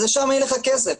אז לשם יילך הכסף.